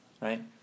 Right